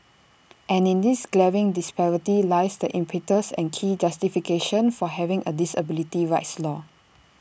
and in this glaring disparity lies the impetus and key justification for having A disability rights law